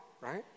right